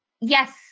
yes